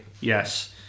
Yes